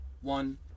one